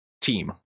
team